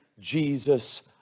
Jesus